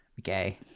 Okay